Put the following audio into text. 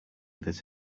that